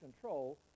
control